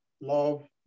Love